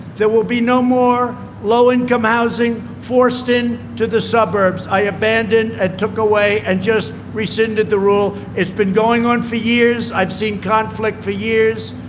there will be no more low income housing forced in to the suburbs. i abandoned and took away and just rescinded the rule. it's been going on for years. i've seen conflict for years.